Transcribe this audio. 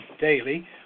daily